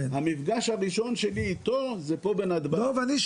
המפגש הראשון שלי איתו זה פה בנתב"ג.